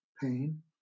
pain